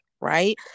Right